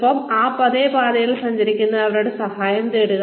ഒപ്പം അതേ പാതയിൽ സഞ്ചരിക്കുന്നതിന് അവരുടെ സഹായം തേടുക